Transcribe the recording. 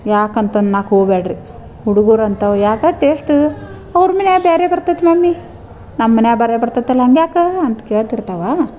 ಯಾಕಂತಂದ್ ನಾ ಕೂಬೇಡ್ರಿ ಹುಡ್ಗರು ಅಂಥವು ಯಾಕೆ ಟೇಸ್ಟು ಅವ್ರ ಮನ್ಯಾಗೆ ಬೇರೆ ಬರ್ತದ್ ಮಮ್ಮಿ ನಮ್ಮ ಮನ್ಯಾಗೆ ಬೇರೆ ಬರ್ತೈತಲ ಹಂಗ್ಯಾಕೆ ಅಂತ ಕೇಳ್ತಿರ್ತವೆ